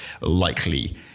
likely